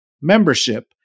Membership